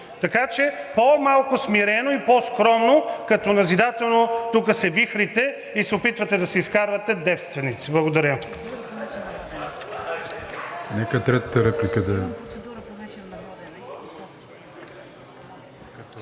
Така че малко по-смирено и по-скромно, като назидателно тук се вихрите и се опитвате да се изкарвате девственици. Благодаря.